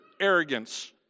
arrogance